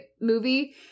Movie